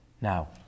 Now